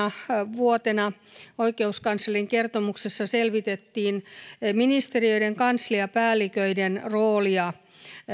vuotena oikeuskanslerin kertomuksessa selvitettiin ministeriöiden kansliapäälliköiden roolia